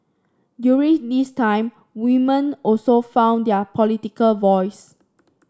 during this time women also found their political voice